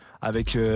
avec